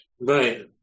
Right